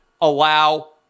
allow